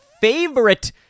favorite